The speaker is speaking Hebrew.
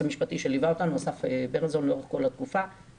המשפטי שליווה אותנו לאורך כל התקופה,